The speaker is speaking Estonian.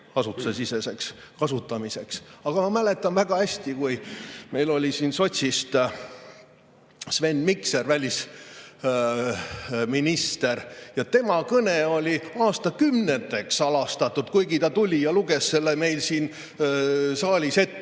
kasutamiseks. Aga ma mäletan väga hästi, kui meil oli siin sotsist Sven Mikser välisminister, siis tema kõne oli aastakümneteks salastatud, kuigi ta tuli ja luges selle meil siin saalis ette